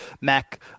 mac